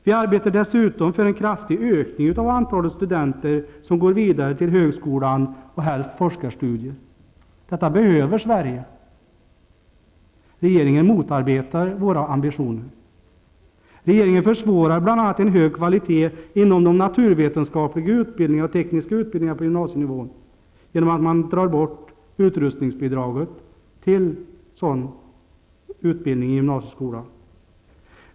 Vi arbetar dessutom för en kraftig ökning av antalet studenter som går vidare till högskolan och helst forskarstudier. Detta behöver Sverige. Regeringen motarbetar våra ambitioner. Regeringen försvårar bl.a. en hög kvalitet inom de naturvetenskapliga och tekniska utbildningarna på gymnasienivån genom att ta bort utrustningsbidraget till sådan utbildning i gymnasieskolan.